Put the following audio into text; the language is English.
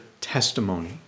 testimony